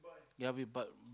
ya we but